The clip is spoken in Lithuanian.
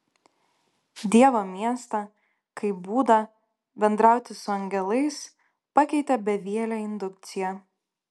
dievo miestą kaip būdą bendrauti su angelais pakeitė bevielė indukcija